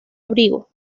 abrigo